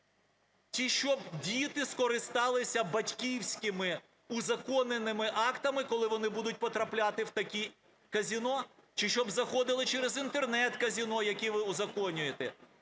Чи щоб діти скористалися батьківськими узаконеними актами, коли вони будуть потрапляти в такі казино? Чи щоб заходили через Інтернет-казино, які ви узаконюєте?